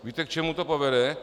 Víte, k čemu to povede?